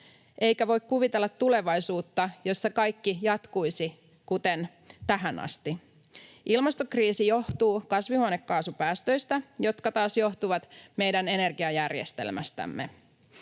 eikä voi kuvitella tulevaisuutta, jossa kaikki jatkuisi kuten tähän asti. Ilmastokriisi johtuu kasvihuonekaasupäästöistä, jotka taas johtuvat meidän energiajärjestelmästämme.